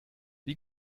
wie